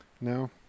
No